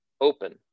open